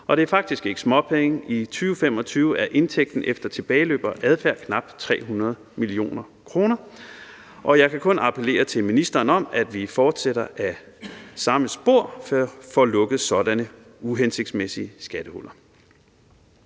og det er faktisk ikke småpenge. I 2025 er indtægten efter tilbageløb og adfærd knap 300 mio. kr. Jeg kan kun appellere til ministeren om, at vi fortsætter ad samme spor og får lukket sådanne uhensigtsmæssige skattehuller.